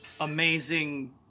amazing